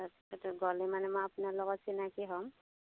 তাৰপিছতে গ'লে মানে মই আপোনাৰ লগত চিনাকি হ'ম